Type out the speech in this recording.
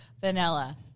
vanilla